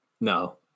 no